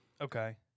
Okay